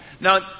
Now